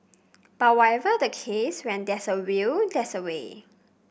but whatever the case when there's a will there's a way